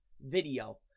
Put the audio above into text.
video